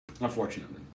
Unfortunately